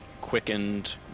quickened